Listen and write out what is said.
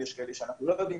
יש כאלה שאנחנו לא יודעים,